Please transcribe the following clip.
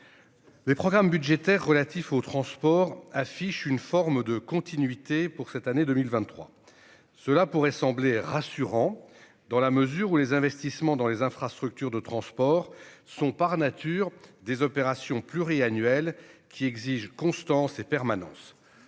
les programmes budgétaires relatifs aux transports affichent une forme de continuité pour l'année 2023. Cela pourrait sembler rassurant dans la mesure où les investissements dans les infrastructures de transport sont, par nature, des opérations pluriannuelles, qui exigent constance et permanence.